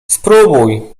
spróbuj